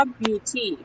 beauty